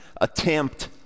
attempt